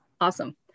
Awesome